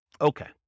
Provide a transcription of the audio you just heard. Okay